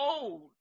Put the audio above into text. old